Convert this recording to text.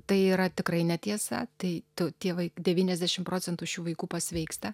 tai yra tikrai netiesa tai tu tie vai devyniasdešim procentų šių vaikų pasveiksta